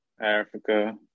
Africa